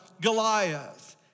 Goliath